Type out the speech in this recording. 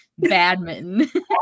Badminton